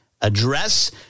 address